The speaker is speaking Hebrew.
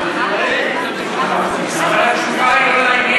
אבל התשובה היא לא לעניין.